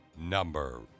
number